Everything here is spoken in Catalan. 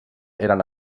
eren